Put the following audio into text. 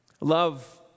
Love